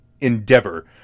endeavor